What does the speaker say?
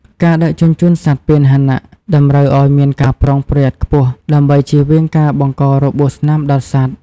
ការដឹកជញ្ជូនសត្វពាហនៈតម្រូវឱ្យមានការប្រុងប្រយ័ត្នខ្ពស់ ដើម្បីជៀសវាងការបង្ករបួសស្នាមដល់សត្វ។